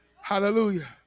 hallelujah